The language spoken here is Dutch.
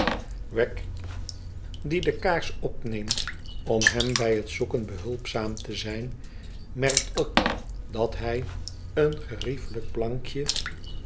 die de kaars opneemt om hem bij het zoeken behulpzaam te zijn merkt op dat hij een geriefelijk plankje